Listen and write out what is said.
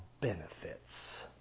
benefits